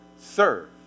serve